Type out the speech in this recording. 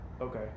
Okay